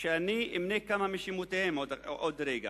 שאני אמנה כמה משמותיהם בעוד רגע,